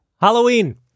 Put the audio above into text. Halloween